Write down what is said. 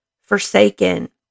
forsaken